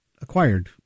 acquired